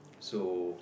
so